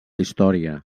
història